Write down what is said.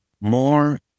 more